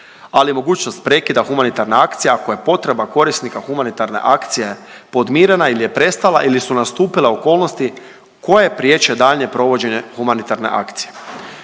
ali i mogućnost prekida humanitarne akcije ako je potreba korisnika humanitarne akcije podmirena il je prestala ili su nastupile okolnosti koje priječe daljnje provođenje humanitarne akcije.